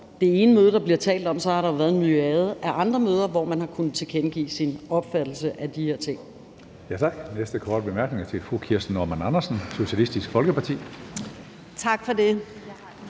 det ene møde, der bliver talt om, så har der været en myriade af andre møder, hvor man har kunnet tilkendegive sin opfattelse af de her ting.